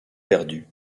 perdues